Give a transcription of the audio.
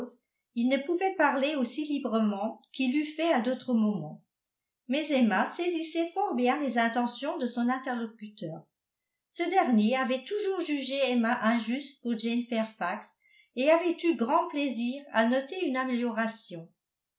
il ne pouvait parler aussi librement qu'il l'eut fait à d'autres moments mais emma saisissait fort bien les intentions de son interlocuteur ce dernier avait toujours jugé emma injuste pour jane fairfax et avait eu grand plaisir à noter une amélioration